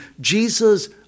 Jesus